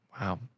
Wow